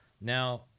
Now